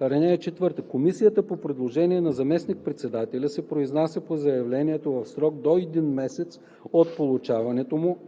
(4) Комисията по предложение на заместник председателя се произнася по заявлението в срок до един месец от получаването му,